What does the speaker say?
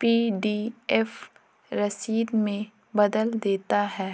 PDF रसीद में बदल देता है